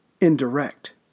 indirect